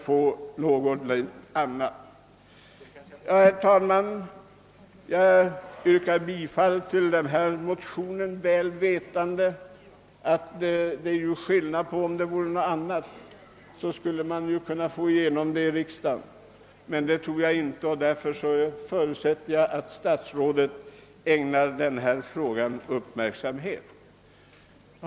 Jag yrkar bifall till motionen II: 399, väl vetande att den inte kommer att bifallas. Jag förutsätter emellertid att statsrådet ägnar denna fråga uppmärksamhet.